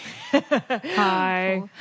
Hi